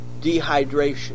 dehydration